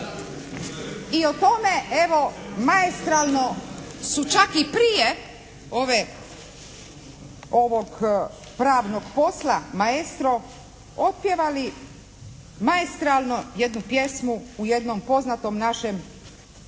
I o tome evo maestralno su čak i prije ove, ovog pravnog posla "Maestro" otpjevali maestralno jednu pjesmu u jednom poznatom našem tjedniku,